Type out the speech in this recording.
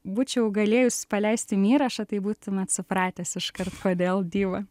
būčiau galėjus paleisti jum įrašą tai būtumėt supratęs iškart kodėl diva